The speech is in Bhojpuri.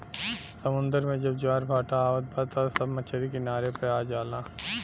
समुंदर में जब ज्वार भाटा आवत बा त सब मछरी किनारे पे आ जाला